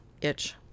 itch